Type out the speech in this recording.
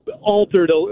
altered –